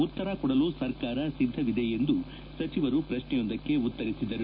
ಉತ್ತರ ಕೊಡಲು ಸರ್ಕಾರ ಸಿದ್ದವಿದೆ ಎಂದು ಸಚಿವರು ಪ್ರಶ್ನೆ ಯೊಂದಕ್ಕೆ ಉತ್ತರಿಸಿದರು